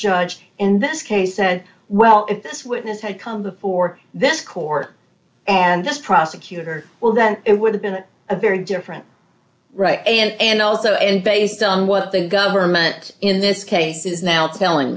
judge in this case said well if this witness had come before this court and this prosecutor well then it would have been a very different right and also and based on what the government in this case is now telling